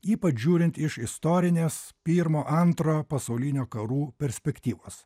ypač žiūrint iš istorinės pirmo antrojo pasaulinio karų perspektyvos